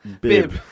Bib